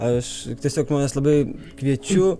aš tiesiog žmones labai kviečiu